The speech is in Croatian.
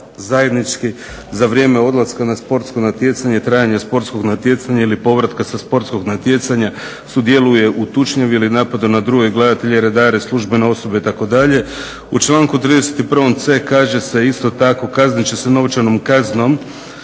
za vrijeme odlaska na sportsko natjecanje i trajanje sportskog natjecanja ili povratka sa sportskog natjecanja sudjeluje u tučnjavi ili napadu na druge gledatelje, redare, službene osobe itd." U članku 31.c kaže se isto tako: "Kaznit će se novčanom kaznom